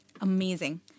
Amazing